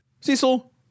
Cecil